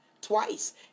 twice